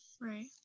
right